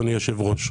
אדוני היושב-ראש,